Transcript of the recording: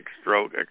stroke